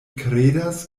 kredas